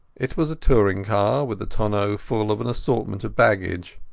it was a touring car, with the tonneau full of an assortment of baggage.